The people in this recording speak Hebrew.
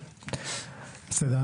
בסדר,